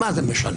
אבל מה זה משנה?